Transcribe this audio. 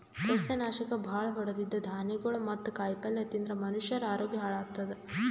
ಸಸ್ಯನಾಶಕ್ ಭಾಳ್ ಹೊಡದಿದ್ದ್ ಧಾನ್ಯಗೊಳ್ ಮತ್ತ್ ಕಾಯಿಪಲ್ಯ ತಿಂದ್ರ್ ಮನಷ್ಯರ ಆರೋಗ್ಯ ಹಾಳತದ್